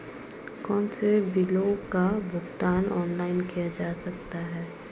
कौनसे बिलों का भुगतान ऑनलाइन किया जा सकता है?